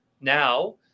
now